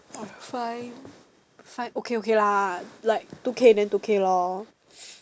I'm fine fine okay okay lah like two K then two K lor